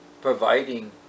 providing